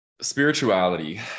spirituality